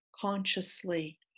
consciously